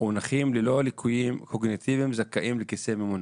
ונכים ללא ליקויים קוגניטיביים זכאים לכיסא ממונע".